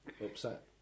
upset